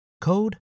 code